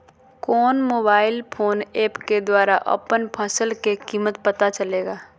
कौन mobile phone app के द्वारा अपन फसल के कीमत पता चलेगा?